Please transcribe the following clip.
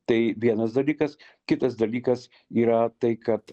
tai vienas dalykas kitas dalykas yra tai kad